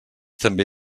també